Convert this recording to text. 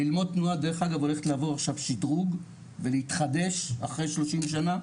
'ללמוד תנועה' דרך אגב הולכת לעבור עכשיו שדרוג ולהתחדש אחרי 30 שנה,